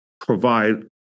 provide